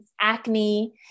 acne